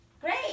Great